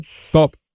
stop